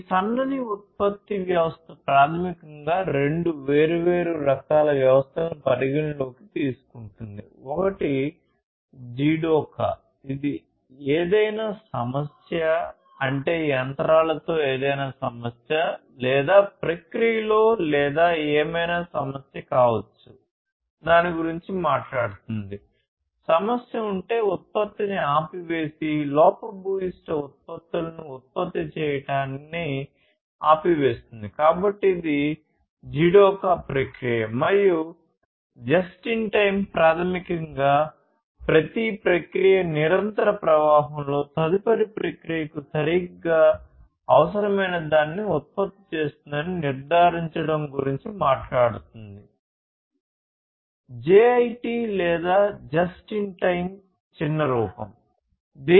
ఈ సన్నని ఉత్పత్తి ఉత్పత్తి చేయడాన్ని ఆపివేయండి